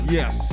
Yes